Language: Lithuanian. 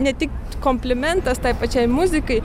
ne tik komplimentas tai pačiai muzikai